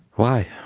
why?